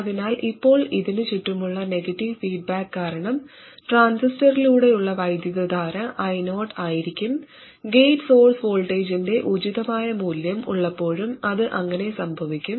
അതിനാൽ ഇപ്പോൾ ഇതിന് ചുറ്റുമുള്ള നെഗറ്റീവ് ഫീഡ്ബാക്ക് കാരണം ട്രാൻസിസ്റ്ററിലൂടെയുള്ള വൈദ്യുതധാര I0 ആയിരിക്കും ഗേറ്റ് സോഴ്സ് വോൾട്ടേജിന്റെ ഉചിതമായ മൂല്യം ഉള്ളപ്പോഴും അത് എങ്ങനെ സംഭവിക്കും